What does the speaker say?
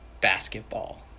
basketball